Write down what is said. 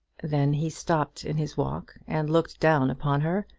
then he stopped in his walk and looked down upon her,